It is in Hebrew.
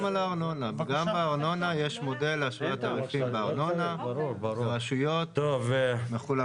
גם בארנונה יש מודל להשוואת תעריפים בארנונה והרשויות מחולקות